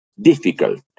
difficult